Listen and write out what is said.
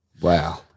Wow